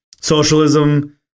socialism